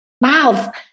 mouth